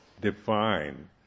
define